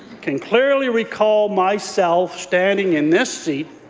can clearly recall myself standing in this seat,